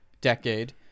decade